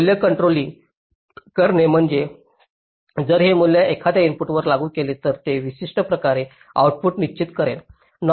मूल्य कंट्रोलिंग करणे म्हणजे जर हे मूल्य एखाद्या इनपुटवर लागू केले तर ते विशिष्ट प्रकारे आउटपुट निश्चित करेल